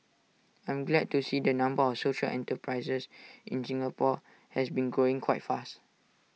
I'm glad to see the number of social enterprises in Singapore has been growing quite fast